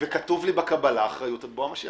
וכתוב לי בקבלה: אחריות עד בוא המשיח.